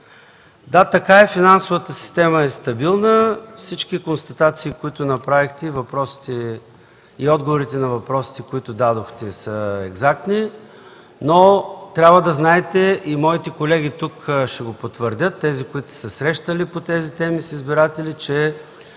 Да, така е, финансовата системата е стабилна. Всички констатации, които направихте, и отговорите на въпросите, които дадохте, са екзактни, но трябва да знаете, моите колеги също ще го потвърдят, тези, които са се срещали по тези теми с избиратели, че